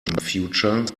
future